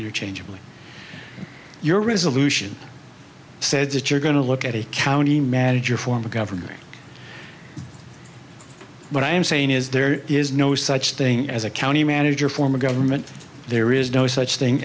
changing your resolution said that you're going to look at a county manager form of government what i am saying is there is no such thing as a county manager form of government there is no such thing